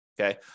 okay